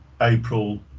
April